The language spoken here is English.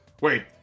Wait